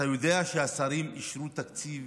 אתה יודע שהשרים אישרו תקציב